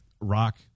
rock